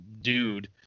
dude